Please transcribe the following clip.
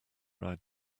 ride